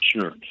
Sure